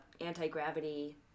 anti-gravity